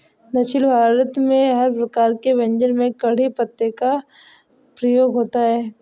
दक्षिण भारत में हर प्रकार के व्यंजन में कढ़ी पत्ते का प्रयोग होता है